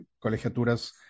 colegiaturas